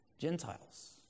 gentiles